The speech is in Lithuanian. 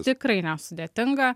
tikrai nesudėtinga